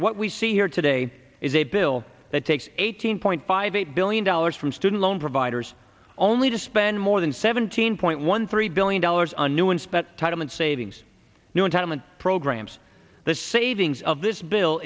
what we see here today is a bill that takes eighteen point five eight billion dollars from student loan providers only to spend more than seventeen point one three billion dollars on a new and spent time in savings new entitlement programs the savings of this bill